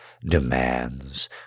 demands